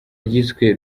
ryiswe